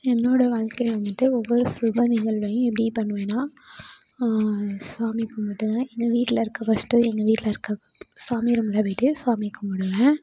என்னோடய வாழ்க்கையில் வந்துட்டு ஒவ்வொரு சுப நிகழ்வையும் எப்படி பண்ணுவேனா சாமி கும்பிடுவேன் எங்க வீட்டில் இருக்கற ஃபர்ஸ்ட்டு எங்கள் வீட்டில் இருக்கற சாமி ரூமில் போயிட்டு சாமி கும்பிடுவேன்